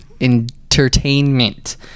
entertainment